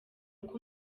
uko